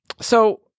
So-